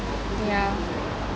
ya